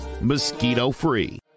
mosquito-free